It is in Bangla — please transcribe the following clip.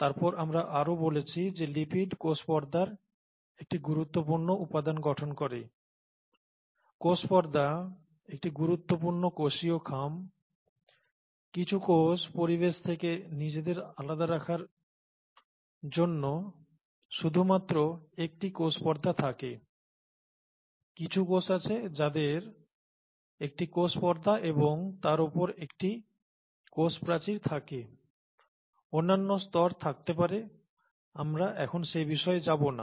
তারপর আমরা আরো বলেছি যে লিপিড কোষ পর্দার একটি গুরুত্বপূর্ণ উপাদান গঠন করে কোষ পর্দা একটি গুরুত্বপূর্ণ কোষীয় খাম কিছু কোষ পরিবেশ থেকে নিজেদের আলাদা রাখার জন্য শুধুমাত্র একটি কোষ পর্দা থাকে কিছু কোষ আছে যাদের একটি কোষ পর্দা এবং তার উপর একটি কোষ প্রাচীর থাকে অন্যান্য স্তর থাকতে পারে আমরা এখন সে বিষয়ে যাব না